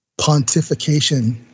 pontification